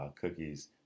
Cookies